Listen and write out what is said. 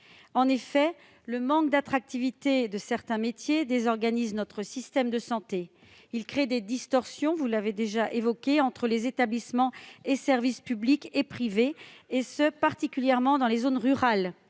En effet, le manque d'attractivité de certains métiers désorganise notre système de santé. Il crée des distorsions entre les établissements et les services publics et privés, particulièrement dans les zones rurales.